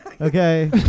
Okay